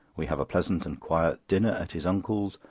we have a pleasant and quiet dinner at his uncle's,